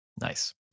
Nice